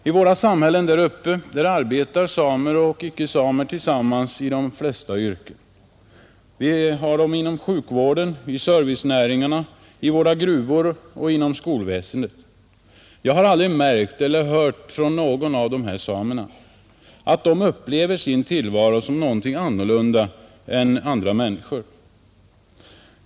I våra samhällen där uppe arbetar samer tillsammans med icke-samer i de flesta yrken: inom sjukvården, i servicenäringarna, i våra gruvor och inom skolväsendet. Jag har aldrig märkt eller hört från någon av dessa samer att de upplever sin tillvaro annorlunda än andra människor.